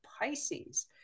pisces